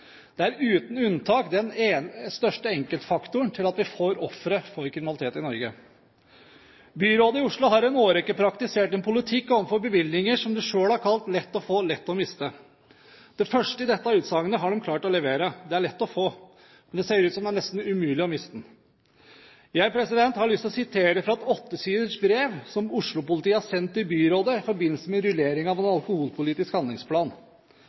Det er uten unntak den største enkeltfaktoren til at vi får ofre for kriminalitet i Norge. Byrådet i Oslo har i en årrekke praktisert en politikk når det gjelder bevillinger, som de selv har kalt «lett å få, lett å miste». Det første i dette utsagnet har de klart å levere; det er lett å få. Men det ser ut som det er nesten umulig å miste den. Jeg har lyst til å sitere fra et åtte siders brev som Oslo-politiet har sendt til byrådet i forbindelse med rullering av en alkoholpolitisk handlingsplan: